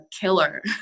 killer